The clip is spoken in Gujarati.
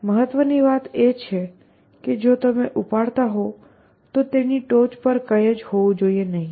મહત્ત્વની વાત એ છે કે જો તમે ઉપાડતા હોવ તો તેની ટોચ પર કંઈ જ હોવું જોઈએ નહીં